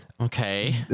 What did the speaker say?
Okay